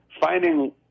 finding